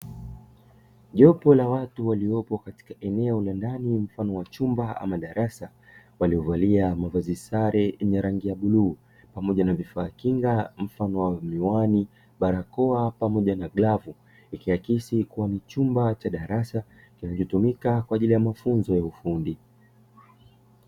Jopo la watu waliopo katika eneo la ndani mfano wa chumba ama darasa, waliovalia mavazi sare yenye rangi ya bluu pamoja na vifaa kinga mfano wa miwani, barakoa pamoja na glavu, ikiakisi kuwa ni chumba cha darasa kinachotumika kwa ajili ya mafunzo ya ufundi.